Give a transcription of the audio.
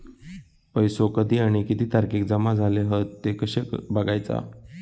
पैसो कधी आणि किती तारखेक जमा झाले हत ते कशे बगायचा?